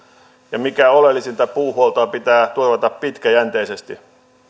ja mikä oleellisinta puuhuoltoa pitää turvata pitkäjänteisesti